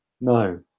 No